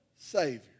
Savior